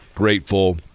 grateful